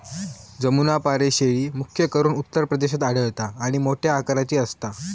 जमुनापारी शेळी, मुख्य करून उत्तर प्रदेशात आढळता आणि मोठ्या आकाराची असता